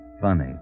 Funny